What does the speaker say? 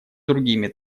другими